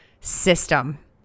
system